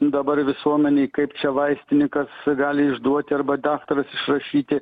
dabar visuomenei kaip čia vaistinykas gali išduoti arba daktaras išrašyti